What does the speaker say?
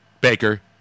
Baker